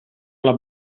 alla